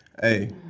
Hey